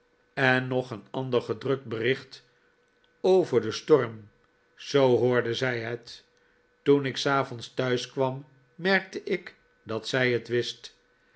en nog een ander gedrukt bericht over den storm zoo hoorde zij het toen ik s avonds thuis kwam merkte ik dat zij het wist